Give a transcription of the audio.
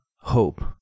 hope